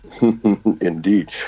Indeed